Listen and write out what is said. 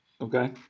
Okay